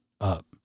up